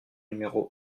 numéro